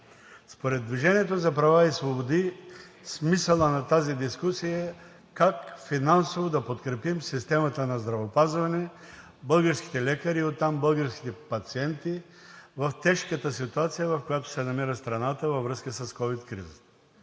според „Движение за права и свободи“ смисълът на тази дискусия е как финансово да подкрепим системата на здравеопазване, българските лекари и оттам българските пациенти в тежката ситуация, в която се намира страната във връзка с ковид кризата.